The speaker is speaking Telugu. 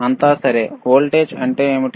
అంతా సరే వోల్టేజ్ అంటే ఏమిటి